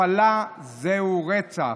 הפלה זה רצח.